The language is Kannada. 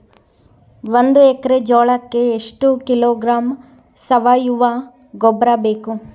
ಒಂದು ಎಕ್ಕರೆ ಜೋಳಕ್ಕೆ ಎಷ್ಟು ಕಿಲೋಗ್ರಾಂ ಸಾವಯುವ ಗೊಬ್ಬರ ಬೇಕು?